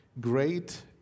great